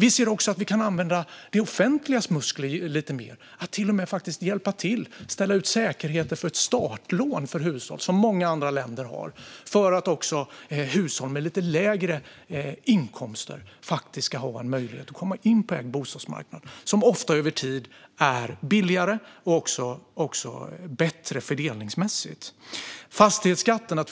Vi ser också att vi kan använda det offentligas muskler lite mer och till och med faktiskt hjälpa till och ställa ut säkerheter för ett startlån för hushåll, vilket många andra länder har, för att också hushåll med lite lägre inkomster faktiskt ska ha en möjlighet att komma in på bostadsmarknaden med ägda bostäder. En ägd bostad är ofta över tid billigare och också bättre fördelningsmässigt. Att